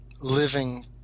living